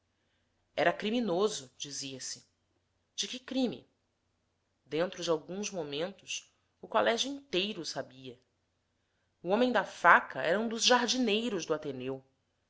era criminoso dizia-se de que crime dentro de alguns momentos o colégio inteiro o sabia o homem da faca era um dos jardineiros do ateneu